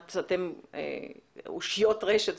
ראשית,